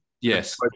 Yes